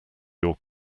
your